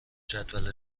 جدول